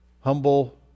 humble